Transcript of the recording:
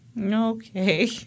Okay